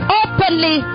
openly